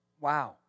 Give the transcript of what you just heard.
Wow